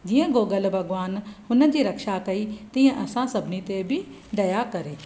जीअं गोगल भॻवानु हुन जी रक्षा कई तीअं असां सभिनी ते बि दया करे